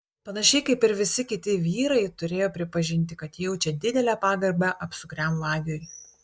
panašiai kaip ir visi kiti vyrai turėjo pripažinti kad jaučia didelę pagarbą apsukriam vagiui